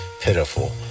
pitiful